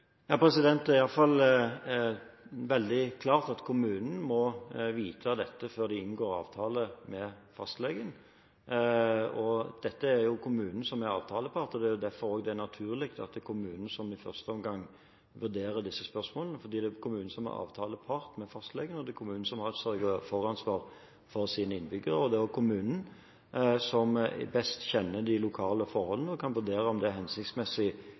Det er iallfall veldig klart at kommunen må vite dette før de inngår avtale med fastlegen. Det er kommunen som er avtalepart, og det er jo derfor det også er naturlig at det er kommunen som i første omgang vurderer disse spørsmålene, fordi det er kommunen som er avtalepart med fastlegen, og det er kommunen som har et sørge-for-ansvar for sine innbyggere. Det er også kommunen som best kjenner de lokale forholdene og kan vurdere om det er hensiktsmessig